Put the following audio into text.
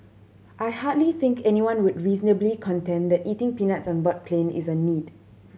I hardly think anyone would reasonably contend that eating peanuts on board a plane is a need